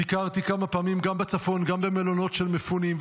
ביקרתי כמה פעמים גם בצפון, גם במלונות של מפונים.